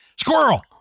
Squirrel